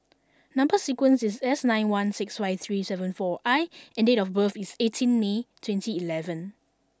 number sequence is S nine one six five three seven four I and date of birth is eighteen May twenty eleven